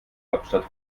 hauptstadt